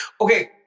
Okay